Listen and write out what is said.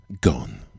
gone